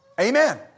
Amen